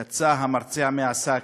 יצא המרצע מהשק,